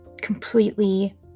completely